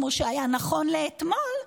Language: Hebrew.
כמו שהיה נכון לאתמול,